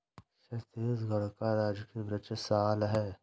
छत्तीसगढ़ का राजकीय वृक्ष साल है